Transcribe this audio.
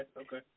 okay